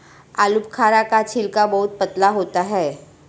आलूबुखारा का छिलका बहुत पतला होता है